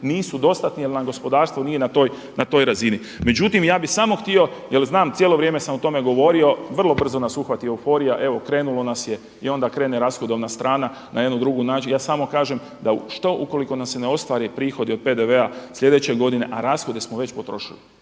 nisu dostatni jer nam gospodarstvo nije na toj razini. Međutim ja bih samo htio jel znam cijelo vrijeme sam o tome govorio, vrlo brzo nas uhvati euforija, evo krenulo nas je i onda krene rashodovna strana na jedan drugi način. Ja samo kažem da što ukoliko nam se ne ostvari prihodi od PDV-a sljedeće godine, a rashode smo već potrošili